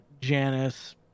Janice